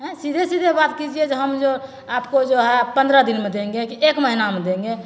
आँए सीधे सीधे बात कीजिए जे हम जो आपको जो है पन्द्रह दिन में देंगे कि एक महीना में देंगे